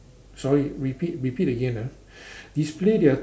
sorry repeat repeat again ah display their